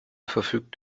verfügt